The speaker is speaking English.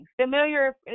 Familiar